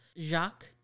Jacques